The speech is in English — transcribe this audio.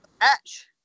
Patch